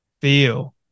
feel